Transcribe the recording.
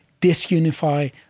disunify